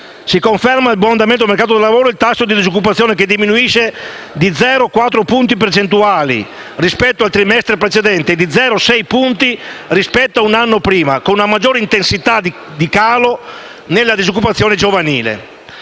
A conferma del buon andamento del mercato del lavoro, il tasso di disoccupazione diminuisce di 0,4 punti percentuali rispetto al trimestre precedente e di 0,6 punti in confronto a un anno prima, con maggiore intensità per quello giovanile.